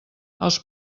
els